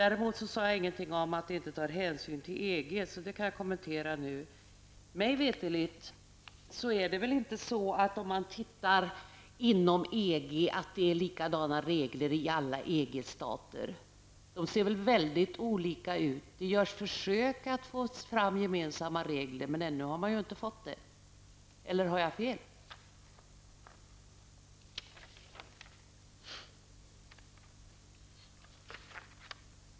Däremot sade jag ingenting om att det inte tar hänsyn till EG. Det kan jag kommentera nu. Mig veterligt är det inte så att man har likadana regler inom alla EG-stater. De ser nog väldigt olika ut. Det görs försök att få fram gemensamma regler, men ännu har man inte fått det. Eller har jag fel?